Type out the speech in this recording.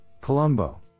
Colombo